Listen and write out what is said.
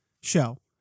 show